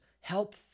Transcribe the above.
help